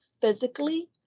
physically